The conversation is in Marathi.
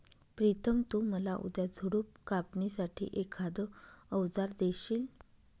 प्रितम तु मला उद्या झुडप कापणी साठी एखाद अवजार देशील?